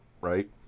right